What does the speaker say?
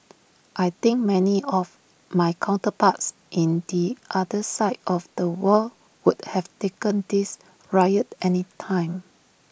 I think many of my counterparts in the other side of the world would have taken this riot any time